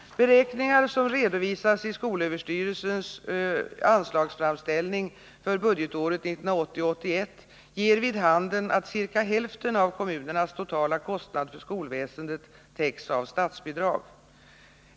Beräkningar som redovisas i skolöverstyrelsens anslagsframställning för budgetåret 1980/81 ger vid handen att ca hälften av kommunernas totala kostnad för skolväsendet täcks av statsbidrag.